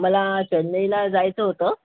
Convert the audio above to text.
मला चेन्नईला जायचं होतं